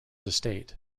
estate